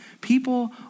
People